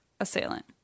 assailant